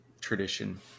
tradition